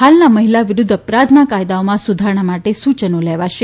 હાલના મહિલા વિરૂધ્ધ અપરાધના કાયદાઓમાં સુધારણા માટે સૂચનો લેવાશે